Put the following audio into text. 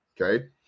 Okay